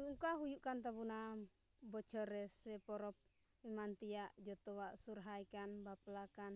ᱚᱱᱠᱟ ᱦᱩᱭᱩᱜ ᱠᱟᱱ ᱛᱟᱵᱚᱱᱟ ᱵᱚᱪᱷᱚᱨ ᱨᱮ ᱥᱮ ᱯᱚᱨᱚᱵᱽ ᱮᱢᱟᱱ ᱛᱮᱭᱟᱜ ᱡᱚᱛᱚᱣᱟᱜ ᱵᱟᱯᱞᱟ ᱠᱟᱱ ᱥᱚᱦᱨᱟᱭ ᱠᱟᱱ